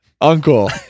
Uncle